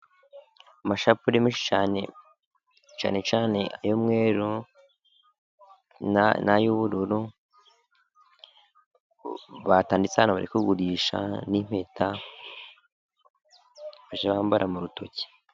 Amashapure menshi cyane, cyane ay'umweru, n'ay'ubururu, batanditse ahantu bari kugurisha, nmpetaje bambara mu rutoki.